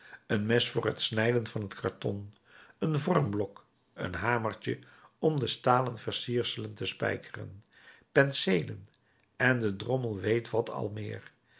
een mes voor het snijden van het karton een vormblok een hamertje om de stalen versierselen te spijkeren penseelen en de drommel weet wat al meer